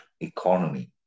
economy